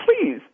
please